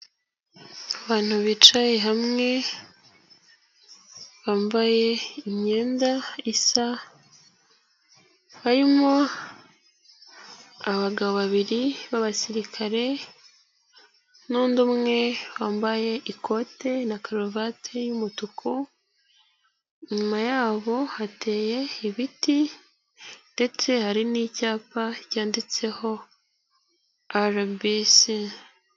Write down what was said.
Abantu bicaye hamwe bambaye imyenda isa harimo abagabo babiri b'abasirikare n'undi umwe wambaye ikote na karuvate y'umutuku, inyuma yabo hateye ibiti ndetse hari n'icyapa cyanditseho RBC.